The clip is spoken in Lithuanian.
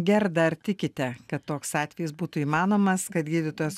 gerda ar tikite kad toks atvejis būtų įmanomas kad gydytojas